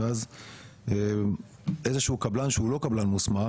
ואז איזשהו קבלן שהוא לא קבלן מוסמך,